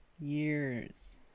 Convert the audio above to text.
years